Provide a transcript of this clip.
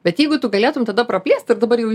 bet jeigu tu galėtum tada praplėst ir dabar jau